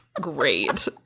great